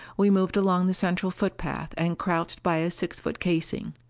we moved along the central footpath and crouched by a six-foot casing.